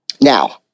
Now